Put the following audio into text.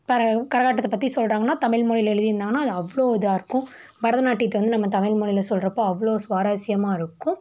தர கரகாட்டத்தை பற்றி சொல்கிறாங்கன்னா தமிழ்மொழியில் எழுதியிருந்தாங்கன்னால் அது அவ்வளோ இதாக இருக்கும் பரதநாட்டியத்தை வந்து நம்ம தமிழ்மொழியில் சொல்கிறப்ப அவ்வளோ சுவாரஸ்யமாக இருக்கும்